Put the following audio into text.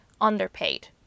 underpaid